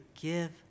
give